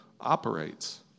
operates